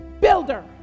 builder